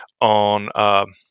on –